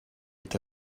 est